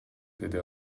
деди